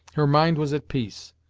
her mind was at peace,